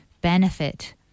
benefit